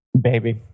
baby